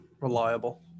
reliable